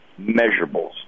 measurables